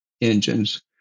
engines